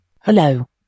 hello